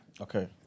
Okay